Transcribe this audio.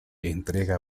entrega